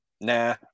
Nah